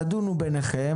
תדונו ביניכם.